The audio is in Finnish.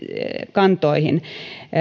kantoihin